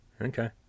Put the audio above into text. okay